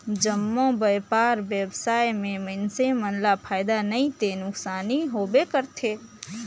जम्मो बयपार बेवसाय में मइनसे मन ल फायदा नइ ते नुकसानी होबे करथे